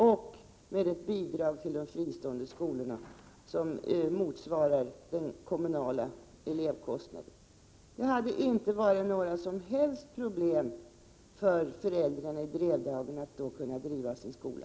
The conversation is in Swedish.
Och bidraget till de fristående skolorna skulle motsvara den kommunala elevkostnaden. Då hade det inte varit några som helst problem för föräldrarna i Drevdagen att driva sin skola.